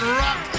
rock